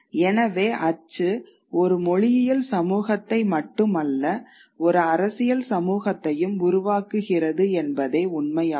எனவே அச்சு ஒரு மொழியியல் சமூகத்தை மட்டுமல்ல ஒரு அரசியல் சமூகத்தையும் உருவாக்குகிறது என்பதே உண்மையாகும்